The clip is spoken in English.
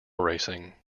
racing